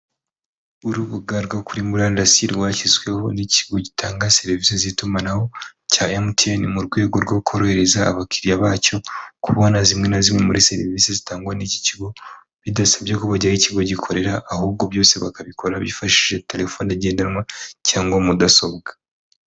Urubuga rwo kuri murandasi rwashyizweho n'ikigo gitanga serivisi z'itumanaho cya MTN, mu rwego rwo korohereza abakiriya bacyo kubona zimwe na zimwe muri serivisi zitangwa n'iki kigo, bidasabye ko bajya aho ikigo gikorera ahubwo byose bakabikora bifashishije telefone ngendanwa cyangwa mudasobwa.